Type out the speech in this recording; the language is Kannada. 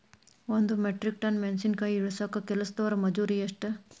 ಒಂದ್ ಮೆಟ್ರಿಕ್ ಟನ್ ಮೆಣಸಿನಕಾಯಿ ಇಳಸಾಕ್ ಕೆಲಸ್ದವರ ಮಜೂರಿ ಎಷ್ಟ?